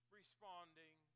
responding